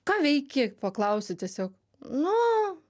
ką veiki paklausiu tiesiog nu